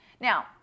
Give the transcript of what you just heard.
Now